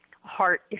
heart